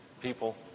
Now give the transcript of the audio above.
people